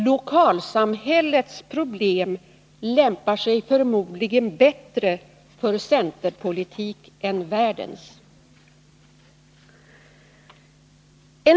Lokalsamhällets problem lämpar sig förmodligen bättre för centerpolitik än världens problem.